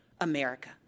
America